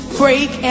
break